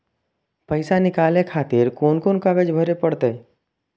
पैसा नीकाले खातिर कोन कागज भरे परतें?